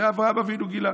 את זה אברהם אבינו גילה.